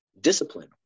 discipline